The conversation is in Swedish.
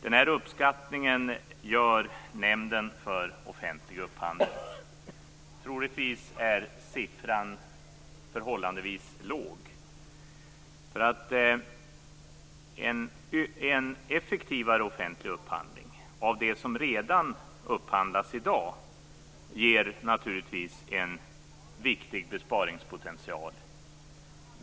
Denna uppskattning gör Nämnden för offentlig upphandling. Troligtvis är siffran förhållandevis låg. En effektivare offentlig upphandling av det som redan i dag upphandlas ger naturligtvis en viktig besparingspotential.